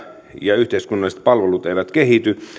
yhteiskunnalliset palvelut eivät kehity